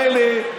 מילא,